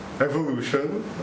evolution